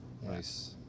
Nice